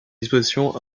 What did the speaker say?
disposition